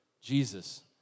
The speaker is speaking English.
Jesus